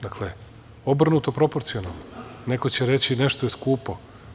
Dakle, obrnuto proporcijalno, neko će reći nešto je skupo.